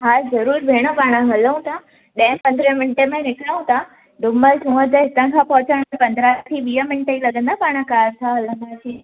हा ज़रूरु भेण पाणि हलूं था ॾहे पंदिरहें मिन्टे में निकरूं तव्हां डूमस हूअ हितां खां पहुचण में पंदिरहं खां वीह मिन्ट ई लॻंदा पाणि कार सां हलंदासीं